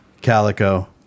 Calico